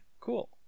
Cool